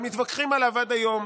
ומתווכחים עליו עד היום,